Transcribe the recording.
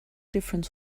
different